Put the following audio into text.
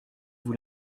vous